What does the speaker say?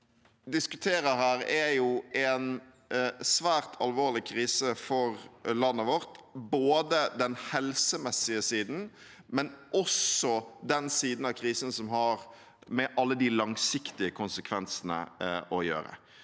diskuterer her, er en svært alvorlig krise for landet vårt, både den helsemessige siden og også den siden av krisen som har med alle de langsiktige konsekvensene å gjøre